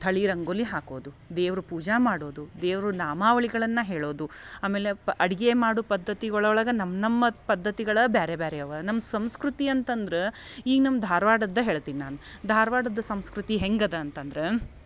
ಥಳಿ ರಂಗೋಲಿ ಹಾಕೋದು ದೇವ್ರ ಪೂಜಾ ಮಾಡೋದು ದೇವರು ನಾಮಾವಳಿಗಳನ್ನ ಹೇಳೋದು ಆಮೇಲೆ ಪ ಅಡ್ಗೆ ಮಾಡು ಪದ್ಧತಿ ಒಳಒಳಗ ನಮ್ಮ ನಮ್ಮ ಪದ್ಧತಿಗಳ ಬ್ಯಾರೆ ಬ್ಯಾರೆ ಅವ ನಮ್ಮ ಸಂಸ್ಕೃತಿ ಅಂತಂದ್ರ ಈಗ ನಮ್ಮ ಧಾರವಾಡದ ಹೇಳ್ತೀನಿ ನಾನು ಧಾರವಾಡದ ಸಂಸ್ಕೃತಿ ಹೇಗದ ಅಂತಂದ್ರ